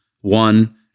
one